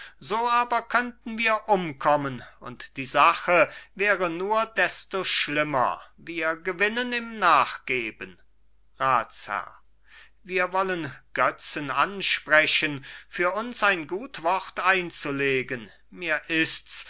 so aber könnten wir umkommen und die sache wäre nur desto schlimmer wir gewinnen im nachgeben ratsherr wir wollen götzen ansprechen für uns ein gut wort einzulegen mir ist's